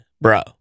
bro